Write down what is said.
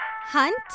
Hunt